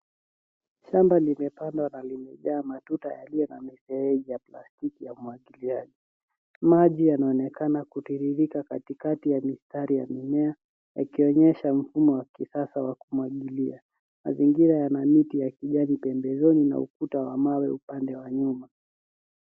Shamba limepandwa na limejaa matuta yaliojaa mifereji ya plastiki ya umwagiliaji. Maji yanaonekana kutiririka katikati ya mistari ya mimea, yakionyesha mfumo wa kisasa wa kumwagilia. Mazingira yana miti ya kijani pembezoni, na ukuta wa mawe upande wa nyuma.